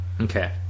okay